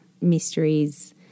mysteries